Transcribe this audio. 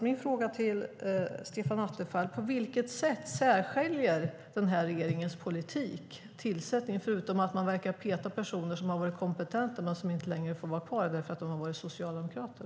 Min fråga till Stefan Attefall är: Vad är det som särskiljer den här regeringens utnämningspolitik, förutom att man verkar peta personer som är kompetenta men som inte får vara kvar för att de är socialdemokrater?